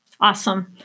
Awesome